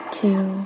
two